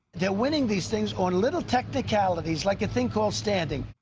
they're winning these things on little technicalities, like a thing called standing.